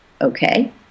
Okay